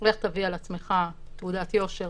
להביא על עצמו מה שמכונה בלשון העם תעודת יושר.